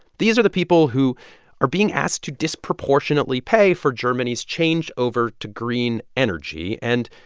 these are the people who are being asked to disproportionately pay for germany's change over to green energy. and,